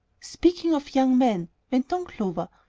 speaking of young men, went on clover,